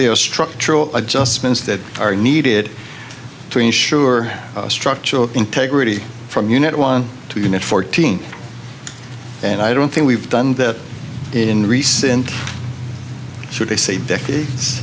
there are structural adjustments that are needed to ensure structural integrity from unit one to unit fourteen and i don't think we've done that in recent should they say decades